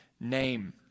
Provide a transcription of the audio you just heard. name